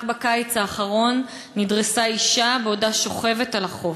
רק בקיץ האחרון נדרסה אישה בעודה שוכבת על החוף.